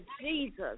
Jesus